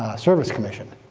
service commission